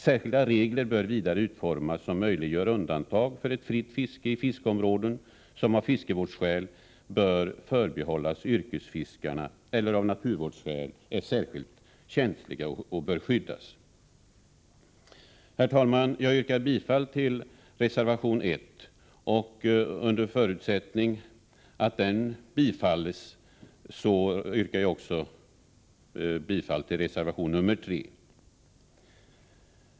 Särskilda regler bör vidare utformas som möjliggör undantag för ett fritt fiske i områden som av fiskevårdsskäl bör förbehållas yrkesfiskarna eller av naturvårdsskäl är särskilt känsliga och bör skyddas. Herr talman! Jag yrkar bifall till reservation 1, och under förutsättning att den bifalles yrkar jag också bifall till reservation 3.